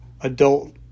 adult